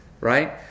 Right